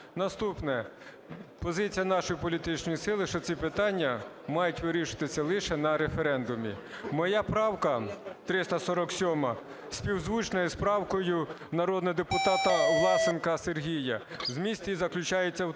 Наступне. Позиція нашої політичної сили, що ці питання мають вирішуватися лише на референдумі. Моя правка 347 співзвучна із правкою народного депутата Власенка Сергія. Зміст її заключається в